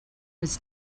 was